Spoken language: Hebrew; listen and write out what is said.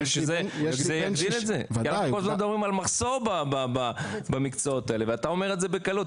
כי אנחנו כל הזמן מדברים על מחסור במקצועות האלה ואתה אומר את זה בקלות,